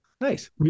Nice